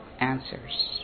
answers